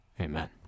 Amen